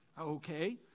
okay